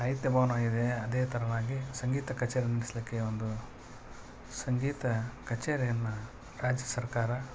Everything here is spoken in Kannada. ಸಾಹಿತ್ಯ ಭವನವಿದೆ ಅದೇ ಥರವಾಗಿ ಸಂಗೀತ ಕಚೇರಿ ನಡೆಸಲಿಕ್ಕೆ ಒಂದು ಸಂಗೀತ ಕಚೇರಿಯನ್ನು ರಾಜ್ಯ ಸರ್ಕಾರ